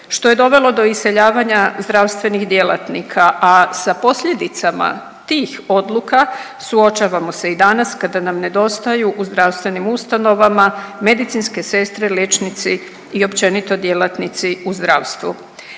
što je dovelo do iseljavanja zdravstvenih djelatnika, a sa posljedicama tih odluka suočavamo se i danas kada nam nedostaju u zdravstvenim ustanovama medicinske sestre, liječnici i općenito djelatnici u zdravstvu.